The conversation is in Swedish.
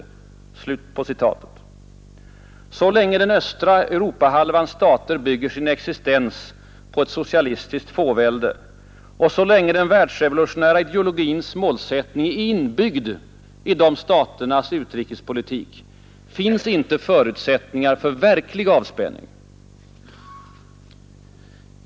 Så länge den östra Europahalvans stater bygger sin existens på ett socialistiskt fåvälde och så länge den världsrevolutionära ideologins målsättning är inbyggd i dessa staters utrikespolitik, finns inte några förutsättningar för verklig avspänning.